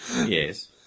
Yes